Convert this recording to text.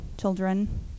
children